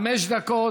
חמש דקות,